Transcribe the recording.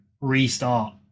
restart